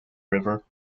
river